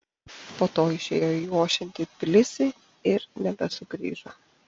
po to išėjo į ošiantį tbilisį ir nebesugrįžo